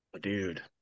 Dude